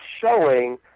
showing